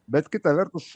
bet kita vertus